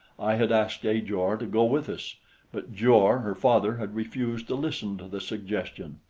i had asked ajor to go with us but jor her father had refused to listen to the suggestion.